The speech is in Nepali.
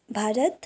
भारत